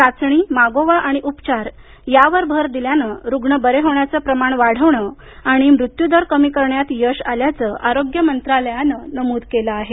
चाचणी मागोवा आणि उपचार यावर भर दिल्यानं रुग्ण बरे होण्याचं प्रमाण वाढवणं आणि मृत्यू दर कमी करण्यात यश आल्याचं आरोग्य मंत्रालयानं नमूद केलं आहे